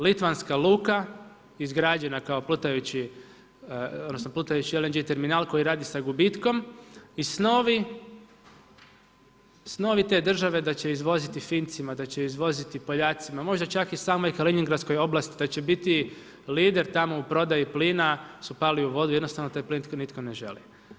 Litvanska luka izgrađena kao plutajući, odnosno plutajući LNG terminal koji radi sa gubitkom i snovi te države da će izvoziti Fincima, da će izvoziti Poljacima, možda čak i samoj Helenjingradskoj oblasti da će biti lider tamo u prodaji plina su pali u vodu, jednostavno taj plin nitko ne želi.